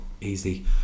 easy